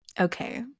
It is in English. Okay